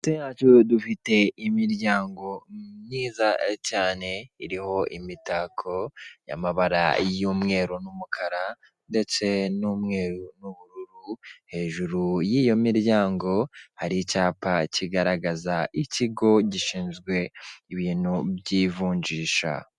Hagati yacu dufite imiryango myiza cyane, iriho imitako y'amabara y'umweru n'umukara ndetse n'umweru n'ubururu. hejuru y'iyo miryango, har'icyapa kigaragaza ikigo gishinzwe ibintu by'ivunjisha.